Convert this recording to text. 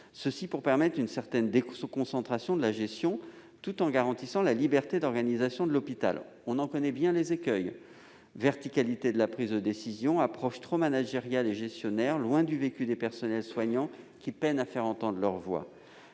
afin de permettre une certaine déconcentration de la gestion, tout en garantissant la liberté d'organisation de l'hôpital. On en connaît bien les écueils : verticalité de la prise de décision, approche trop managériale et gestionnaire, loin du vécu des personnels soignants, qui peinent à faire entendre leur voix.